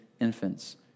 infants